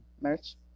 merch